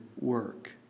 work